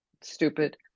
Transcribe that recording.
stupid